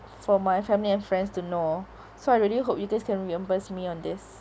for my family and friends to know so I really hope you guys can reimburse me on this